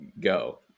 go